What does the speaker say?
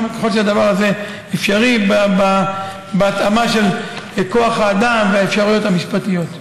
ככל שהדבר הזה אפשרי בהתאם לכוח האדם ולאפשרויות המשפטיות.